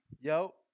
Yo